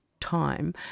Time